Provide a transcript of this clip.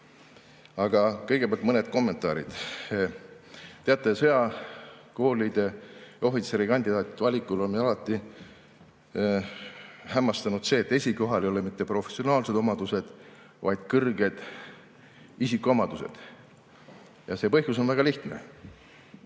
Aga kõigepealt mõned kommentaarid. Teate, sõjakooli ohvitserikandidaatide valimisel on alati hämmastanud see, et esikohal ei ole mitte professionaalsed [oskused], vaid [sobivad] isikuomadused. See põhjus on väga lihtne: